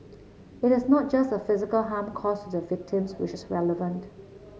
it is not just the physical harm caused to the victims which is relevant